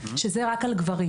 שזה רק על גברים.